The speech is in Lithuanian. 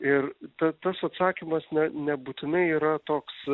ir ta tas atsakymas ne nebūtinai yra toks